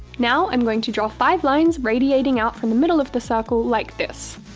now, i'm going to draw five lines radiating out from the middle of the circle like this.